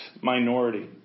minority